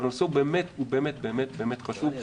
אבל הנושא הוא באמת באמת חשוב.